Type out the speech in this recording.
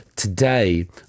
Today